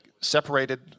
separated